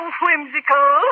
whimsical